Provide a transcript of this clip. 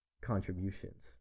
contributions